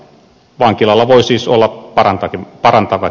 vankilalla voi siis olla parantavakin vaikutus